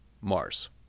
Mars